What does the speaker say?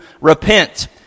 repent